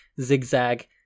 zigzag